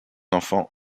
enfant